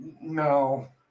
No